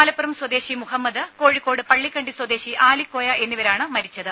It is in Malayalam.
മലപ്പുറം സ്വദേശി മുഹമ്മദ് കോഴിക്കോട് പള്ളിക്കണ്ടി സ്വദേശി ആലിക്കോയ എന്നിവരാണ് മരിച്ചത്